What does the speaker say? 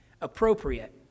appropriate